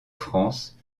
france